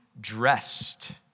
dressed